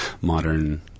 modern